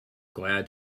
glad